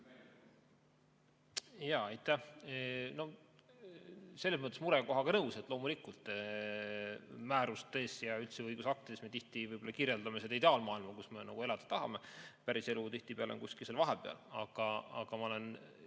Jaa, aitäh! Selles mõttes olen murekohaga nõus, et loomulikult, määrustes ja üldse õigusaktides me tihti võib-olla kirjeldame seda ideaalmaailma, kus me nagu elada tahaksime. Päriselu on tihtipeale kuskil seal vahepeal. Aga ma olen